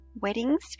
Weddings